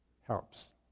helps